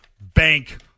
Bank